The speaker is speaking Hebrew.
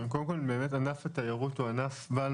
קודם כל באמת ענף התיירות הוא ענף בעל